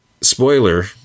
Spoiler